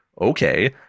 Okay